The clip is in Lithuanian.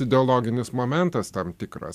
ideologinis momentas tam tikras